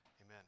Amen